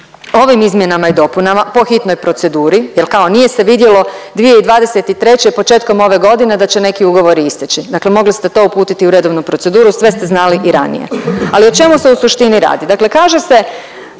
ovim izmjenama i dopunama po hitnoj proceduri, jer kao nije se vidjelo 2023., početkom ove godine da će neki ugovori isteći. Dakle, mogli ste to uputiti u redovnu proceduru, sve ste znali i ranije. Ali o čemu se u suštini radi?